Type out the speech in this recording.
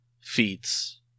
feats